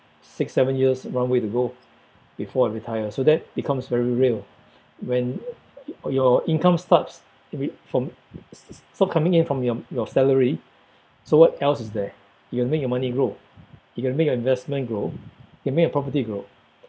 six seven years runway to go before I retire so that becomes very real when your income stops I mean from s~ s~ stop coming in from your your salary so what else is there you got to make your money grow you got to make your investment grow and make your property grow